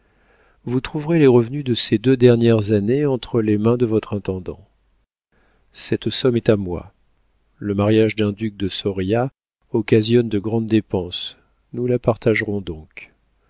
vous trouverez les revenus de ces deux dernières années entre les mains de votre intendant cette somme est à moi le mariage d'un duc de soria occasionne de grandes dépenses nous la partagerons donc